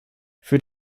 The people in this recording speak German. für